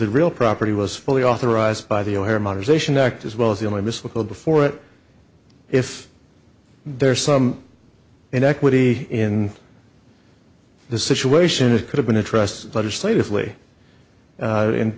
the real property was fully authorized by the o'hare modernization act as well as the only mystical before it if there's some inequity in the situation it could have been addressed legislatively a